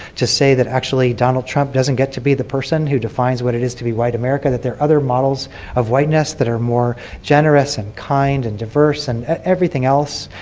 to say that actually donald trump doesn't get to be the person who defines what it is to be white america, that there are other models of whiteness that are more generous and kind and diverse and everything else.